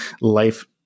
life-